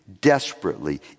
desperately